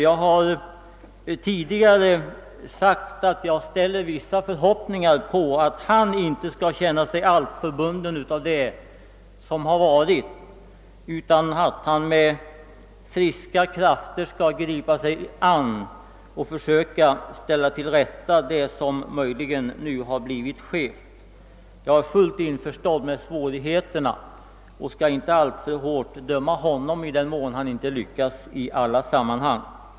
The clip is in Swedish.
Jag har tidigare sagt att jag ställer vissa förhoppningar på att han inte skall känna sig alltför bunden av det som har varit utan att han med friska krafter skall gripa sig an och försöka ställa till rätta vad som möjligen nu har blivit skevt. Jag är fullt införstådd med svårigheterna och skall inte alltför hårt döma honom, om han inte lyckas i alla sammanhang.